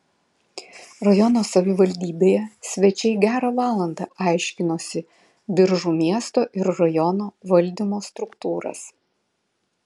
rajono savivaldybėje svečiai gerą valandą aiškinosi biržų miesto ir rajono valdymo struktūras